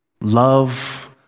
Love